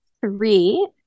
three